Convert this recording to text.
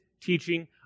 teaching